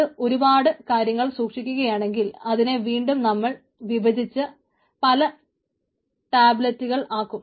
അത് ഒരുപാടു കാര്യങ്ങൾ സൂക്ഷിക്കുകയാണെങ്കിൽ അതിനെ വീണ്ടും നമ്മൾ വിഭജിച്ച് പല ടാബ്ലറ്റ്കൾ ആക്കും